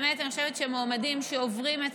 באמת אני חושבת שמועמדים שעוברים את